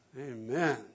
Amen